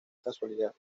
casualidad